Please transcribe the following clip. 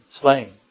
slain